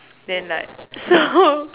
then like so